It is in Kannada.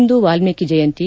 ಇಂದು ವಾಲ್ಮೀಕಿ ಜಯಂತಿ